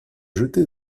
jeter